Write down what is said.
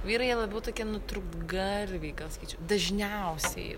vyrai jie labiau tokie nutrūktgalviai gal sakyčiau dažniausiai